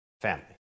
family